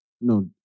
No